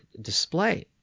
display